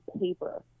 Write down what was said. paper